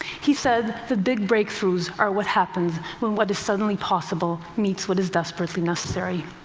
he said the big breakthroughs are what happen when what is suddenly possible meets what is desperately necessary.